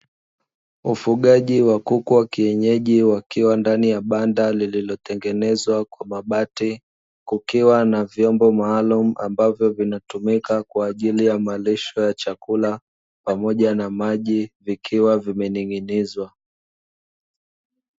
Ufugaji wa kuku wa kienyeji wakiwa ndani ya banda lililotengenezwa kwa mabati kukiwa na vyombo maalum ambavyo vinatumika kwa ajili ya malisho ya chakula pamoja na maji vikiwa vimeninginizwa.